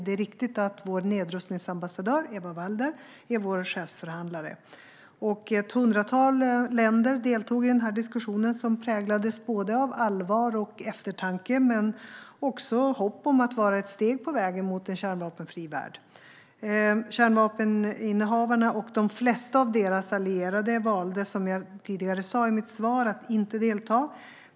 Det är riktigt att vår nedrustningsambassadör Eva Walder är vår chefsförhandlare. Ett hundratal länder deltog i den här diskussionen, som präglades av både allvar och eftertanke men också hopp om att vara ett steg på vägen mot en kärnvapenfri värld. Kärnvapeninnehavarna och de flesta av deras allierade valde att inte delta, som jag tidigare sa i mitt interpellationssvar.